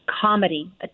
comedy